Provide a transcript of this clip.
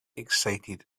excited